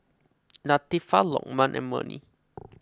Latifa Lokman and Murni